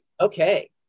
Okay